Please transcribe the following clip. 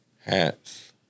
hats